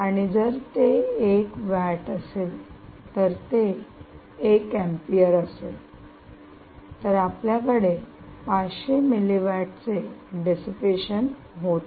आणि जर ते एक वॅट असेल तर ते 1 अँपियर असेल तर आपल्याकडे 500 मिली वॅटचे डिसिपेशन होते